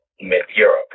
mid-Europe